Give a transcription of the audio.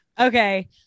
Okay